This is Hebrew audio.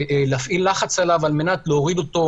להפעיל עליו לחץ על מנת להוריד אותו